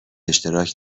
اشتراک